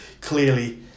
Clearly